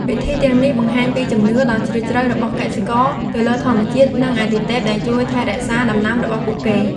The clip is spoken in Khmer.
ពិធីទាំងនេះបង្ហាញពីជំនឿដ៏ជ្រាលជ្រៅរបស់កសិករទៅលើធម្មជាតិ និងអាទិទេពដែលជួយថែរក្សាដំណាំរបស់ពួកគេ។